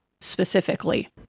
specifically